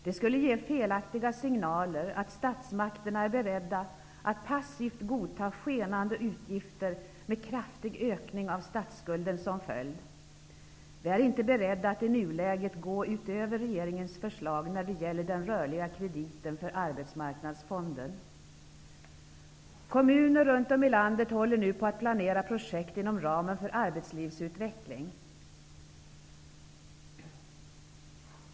Det skulle ge felaktiga signaler om statsmakterna är beredda att passivt godta skenande utgifter med kraftig ökning av statsskulden som följd. Vi är inte beredda att i nuläget gå utöver regeringens förslag när det gäller den rörliga krediten för Arbetsmarknadsfonden. Kommuner runt om i landet håller nu på att planera projekt inom ramen för arbetslivsutveckling.